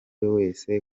wese